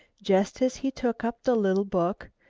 just as he took up the little book,